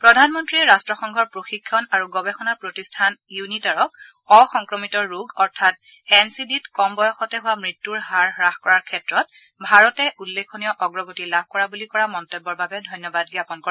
প্ৰধানমন্ত্ৰীয়ে ৰাট্টসংঘৰ প্ৰশিক্ষণ আৰু গৱেষণা প্ৰতিষ্ঠান ইউনিটাৰক অসংক্ৰমিত ৰোগ অৰ্থাৎ এন চি ডিত কম বয়সতে হোৱা মৃত্যূৰ হাৰ হাস কৰাৰ ক্ষেত্ৰত ভাৰতে উল্লেখনীয় অগ্ৰগতি লাভ কৰা বুলি কৰা মন্তব্যৰ বাবে ধন্যবাদ জ্ঞাপন কৰে